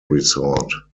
resort